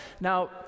Now